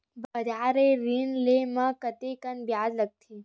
बजार ले ऋण ले म कतेकन ब्याज लगथे?